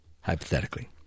Hypothetically